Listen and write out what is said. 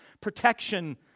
protection